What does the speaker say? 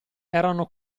erano